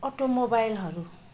अटोमोबाइलहरू